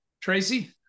Tracy